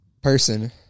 Person